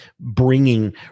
bringing